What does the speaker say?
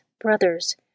brothers